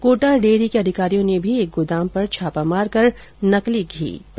Kota dairy के अधिकरियों ने भी एक गोदाम पर छापा मारकर नकली घी पकड़ा